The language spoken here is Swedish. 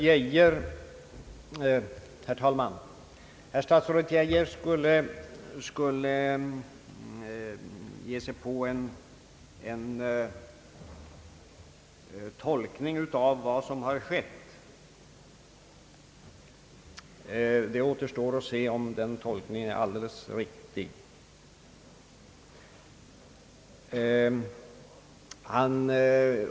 Herr talman! Statsrådet Geijer försökte sig på en tolkning av vad som har skett. Det återstår att se om den tolkningen är alldeles riktig.